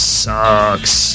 sucks